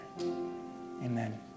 Amen